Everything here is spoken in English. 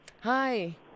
Hi